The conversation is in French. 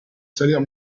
salaire